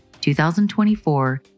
2024